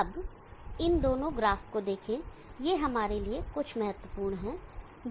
अब इन दोनों ग्राफ को देखें ये हमारे लिए कुछ महत्वपूर्ण हैं